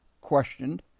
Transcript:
questioned